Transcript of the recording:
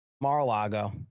Mar-a-Lago